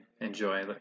enjoy